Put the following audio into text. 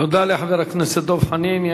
תודה לחבר הכנסת דב חנין.